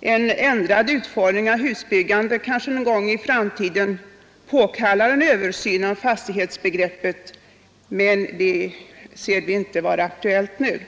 en ändrad form av husbyggandet kanske någon gång i framtiden kan påkalla en översyn av fastighetsbegreppet men det är inte aktuellt just nu.